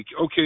okay